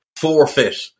forfeit